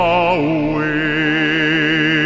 away